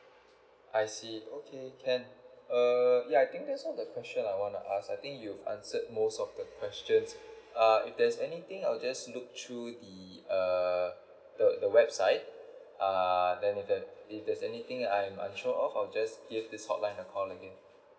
I see okay can err yeah I think that's all the question I want to ask I think you've answered most of the questions uh if there's anything I will just look through the err the the website ah then if that if there's anything I'm unsure of I'll just give this hotline a call again